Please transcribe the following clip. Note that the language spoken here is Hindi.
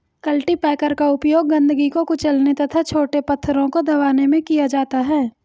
कल्टीपैकर का उपयोग गंदगी को कुचलने और छोटे पत्थरों को दबाने में किया जाता है